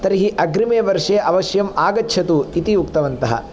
तर्हि अग्रिमे वर्षे अवश्यम् आगच्छतु इति उक्तवन्तः